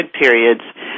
periods